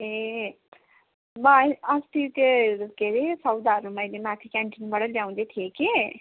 म ए अस्ति त्यो के हरे सौदाहरू मैले माथि क्यान्टिनबाटै ल्याउँदै थिएँ कि